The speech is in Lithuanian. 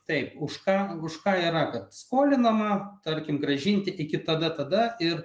taip už ką už ką yra kad skolinama tarkim grąžinti iki tada tada ir